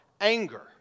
anger